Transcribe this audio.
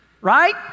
Right